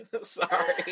Sorry